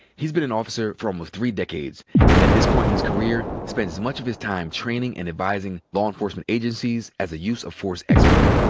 he's been an officer for almost three decades and at this point in his career spends much of his time training and advising law enforcement agencies agencies as a use-of-force expert.